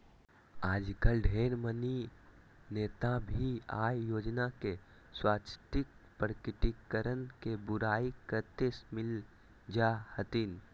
आजकल ढेर मनी नेता भी आय योजना के स्वैच्छिक प्रकटीकरण के बुराई करते मिल जा हथिन